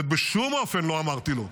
ובשום אופן לא אמרתי לו: